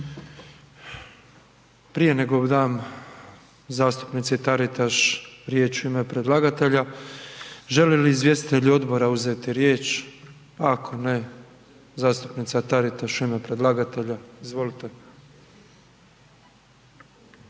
Prije nego dam zastupnici Taritaš riječ u ime predlagatelja, žele li izvjestitelji odbora uzeti riječ? Ako ne, zastupnica Taritaš u ime predlagatelja, izvolite.